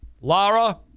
Lara